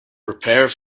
prepare